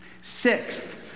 Sixth